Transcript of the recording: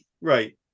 right